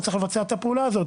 הוא צריך לבצע את הפעולה הזאת.